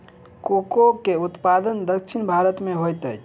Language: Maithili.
कोको के उत्पादन दक्षिण भारत में होइत अछि